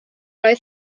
oedd